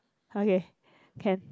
okay can